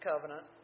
covenant